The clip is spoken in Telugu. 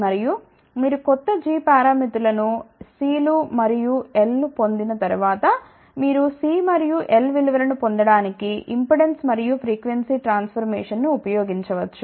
మరియు మీరు కొత్త G పారామితులను C లు మరియు L లు పొందిన తర్వాత మీరు C మరియు L విలువలను పొందడానికి ఇంపెడెన్స్ మరియు ఫ్రీక్వెన్సీ ట్రాన్స్ ఫర్మేషన్ ను ఉపయోగించవచ్చు